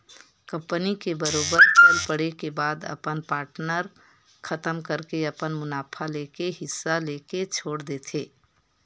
company के बरोबर चल पड़े के बाद अपन पार्टनर खतम करके अपन मुनाफा लेके हिस्सा लेके छोड़ देथे